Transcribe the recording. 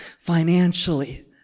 financially